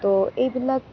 তো এইবিলাক